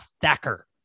Thacker